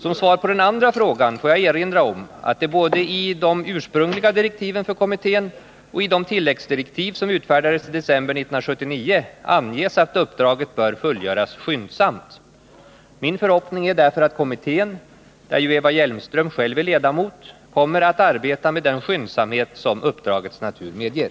Som svar på den andra frågan får jag erinra om att det både i de ursprungliga direktiven för kommittén och i de tilläggsdirektiv som utfärdades i december 1979 anges att uppdraget bör fullgöras skyndsamt. Min förhoppning är därför att kommittén — där ju Eva Hjelmström själv är ledamot — kommer att arbeta med den skyndsamhet som uppdragets natur medger.